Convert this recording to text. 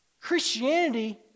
Christianity